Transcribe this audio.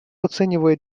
оценивает